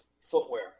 footwear